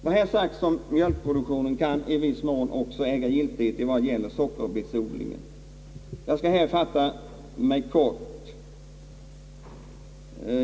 Vad här sagts om mjölkproduktionen kan i viss mån också äga giltighet vad gäller sockerbetsodlingen. Jag skall här fatta mig kort.